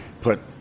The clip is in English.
put